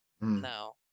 No